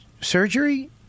surgery